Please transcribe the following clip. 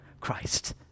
Christ